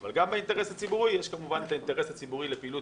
אבל גם באינטרס הציבורי יש כמובן את האינטרס הציבורי לפעילות